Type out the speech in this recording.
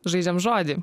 žaidžiame žodį